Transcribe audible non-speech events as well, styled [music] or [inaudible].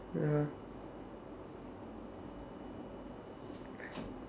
ya [noise]